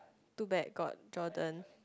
too bad got Jordan